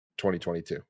2022